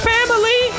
Family